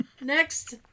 Next